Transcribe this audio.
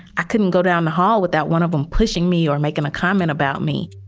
i couldn't go down the hall without one of them pushing me or making a comment about me